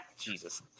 Jesus